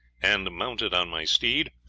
and, mounted on my steed,